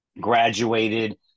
graduated